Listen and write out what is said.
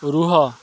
ରୁହ